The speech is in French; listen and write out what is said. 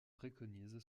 préconise